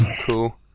Cool